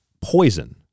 poison